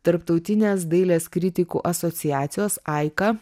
tarptautinės dailės kritikų asociacijos aika